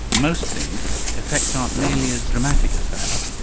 most things effects are nearly as dramatic as that.